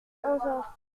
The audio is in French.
entend